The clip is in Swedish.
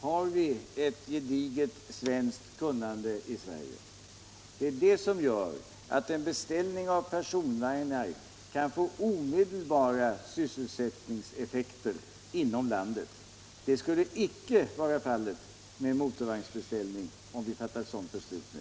har vi ett gediget svenskt kunnande. Det är det som gör att en beställning av personvagnar kan få omedelbara sysselsättningseffekter inom landet. Det skulle icke bli fallet med en motorvagnsbeställning, om vi fattar ett sådant beslut nu.